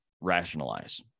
rationalize